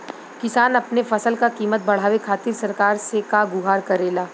किसान अपने फसल क कीमत बढ़ावे खातिर सरकार से का गुहार करेला?